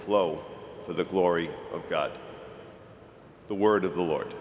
flow for the glory of god the word of the lord